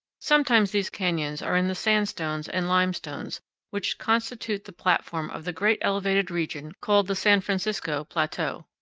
sometimes these canyons are in the sandstones and limestones which constitute the platform of the great elevated region called the san francisco plateau.